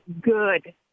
good